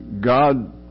God